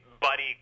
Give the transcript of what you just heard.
buddy